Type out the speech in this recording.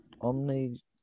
Omni